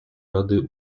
ради